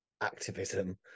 activism